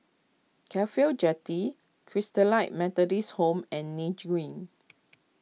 Cafhi O Jetty Christalite Methodist Home and Nim Green